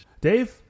Dave